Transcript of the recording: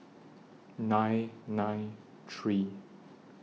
nine nine three